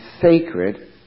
sacred